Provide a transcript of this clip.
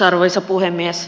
arvoisa puhemies